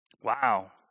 Wow